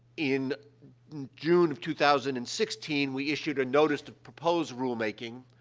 in june of two thousand and sixteen, we issued a notice of proposed rulemaking,